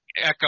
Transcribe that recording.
echo